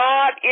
God